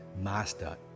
master